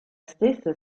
stessa